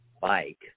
bike